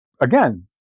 Again